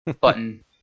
button